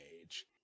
age